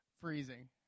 freezing